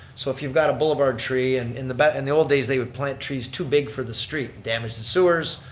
so if you've got a boulevard tree. and in the but and the old days they'd plant trees too big for the street and damage the sewers,